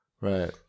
Right